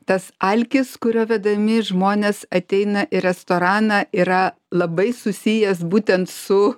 tas alkis kurio vedami žmonės ateina į restoraną yra labai susijęs būtent su